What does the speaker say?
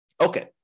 Okay